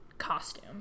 costume